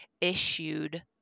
issued